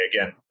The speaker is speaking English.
again